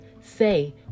Say